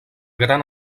gran